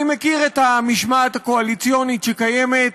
אני מכיר את המשמעת הקואליציונית שקיימת,